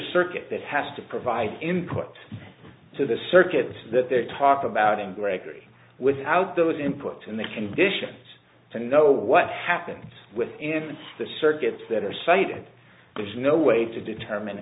circuit that has to provide inputs to the circuits that they talk about in gregory without those input and the conditions to know what happens within the circuits that are cited there's no way to determine